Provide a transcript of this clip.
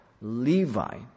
Levi